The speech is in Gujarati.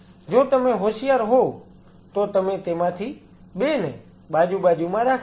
જો તમે હોશિયાર હોવ તો તમે તેમાંથી 2 ને બાજુ બાજુમાં રાખી શકો